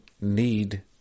need